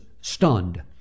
stunned